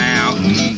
Mountain